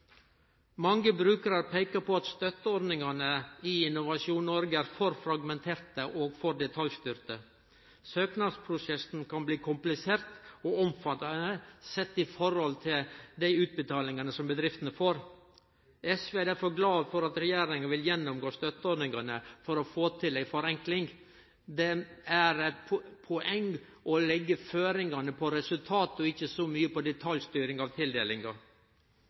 Mange brukarar peiker på at støtteordningane i Innovasjon Norge er for fragmenterte og for detaljstyrte. Søknadsprosessen kan bli komplisert og omfattande sett i forhold til dei utbetalingane som bedriftene får. SV er derfor glad for at regjeringa vil gjennomgå støtteordningane for å få til ei forenkling. Det er eit poeng å leggje føringane på resultatet og ikkje så mykje på detaljstyring av tildelinga.